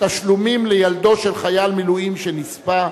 תשלומים לילדו של חייל מילואים שנספה),